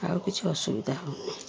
ଆଉ କିଛି ଅସୁବିଧା ହେଉନି